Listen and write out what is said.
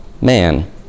man